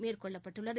மேற்கொள்ளப்பட்டுள்ளது